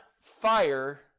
fire